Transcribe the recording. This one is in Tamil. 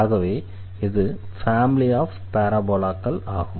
ஆகவே இது ஃபேமிலி ஆஃப் பாராபோலாக்கள் ஆகும்